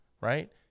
Right